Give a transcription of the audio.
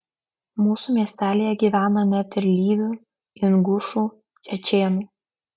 mūsų miestelyje gyveno net ir lyvių ingušų čečėnų